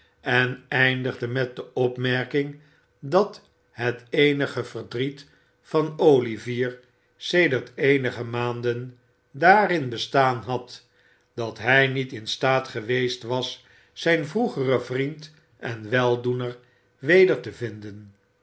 en eindigde met de opmerking dat het eenige verdriet van vier sedert eenige maanden daarin bestaan had dat hij niet in staat geweest was zijn vroegeren vriend en weldoener weder te vinden